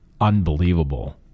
unbelievable